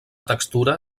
textura